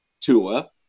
Tua